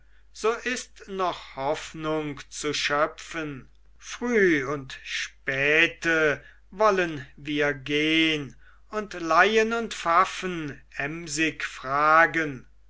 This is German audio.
so ist noch hoffnung zu schöpfen früh und späte wollen wir gehn und laien und pfaffen emsig fragen